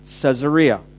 Caesarea